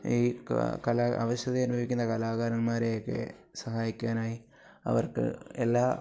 ഈ ക കലാ അവശത അനുഭവിക്കുന്ന കലാകാരന്മാരെ ഒക്കെ സഹായിക്കാനായി അവർക്ക് എല്ലാ